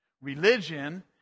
Religion